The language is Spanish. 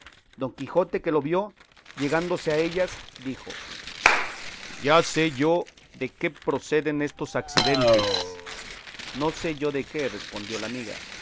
don quijote que lo vio llegándose a ellas dijo ya sé yo de qué proceden estos accidentes no sé yo de qué respondió la amiga